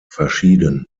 verschieden